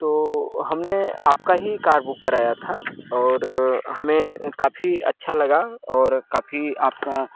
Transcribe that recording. तो हमने आपका ही कार बुक कराया था और हमें काफ़ी अच्छा लगा और काफ़ी आपका